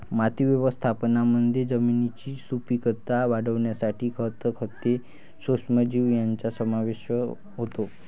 माती व्यवस्थापनामध्ये जमिनीची सुपीकता वाढवण्यासाठी खत, खते, सूक्ष्मजीव यांचा समावेश होतो